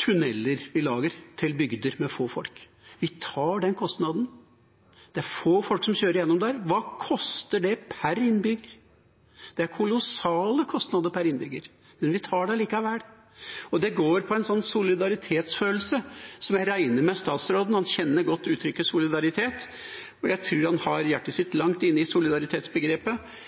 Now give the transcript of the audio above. tunneler vi lager til bygder med få folk. Vi tar den kostnaden. Det er få som kjører gjennom der. Hva koster det per innbygger? Det er kolossale kostnader per innbygger, men vi tar dem allikevel. Det går på en solidaritetsfølelse. Jeg regner med at statsråden kjenner godt til uttrykket «solidaritet», og jeg tror han har hjertet sitt langt inne i solidaritetsbegrepet.